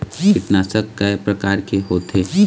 कीटनाशक कय प्रकार के होथे?